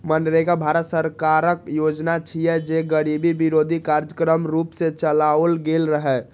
मनरेगा भारत सरकारक योजना छियै, जे गरीबी विरोधी कार्यक्रमक रूप मे चलाओल गेल रहै